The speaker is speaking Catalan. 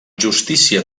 justícia